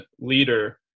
leader